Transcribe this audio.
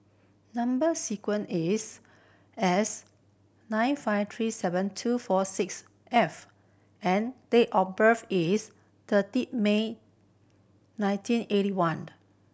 number sequence is S nine five three seven two four six F and date of birth is thirty May nineteen eighty one